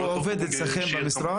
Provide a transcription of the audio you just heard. הוא עובד אצלכם במשרד?